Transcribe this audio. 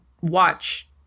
watch